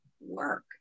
work